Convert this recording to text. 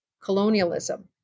colonialism